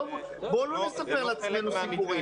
בוא לא נספר לעצמנו סיפורים.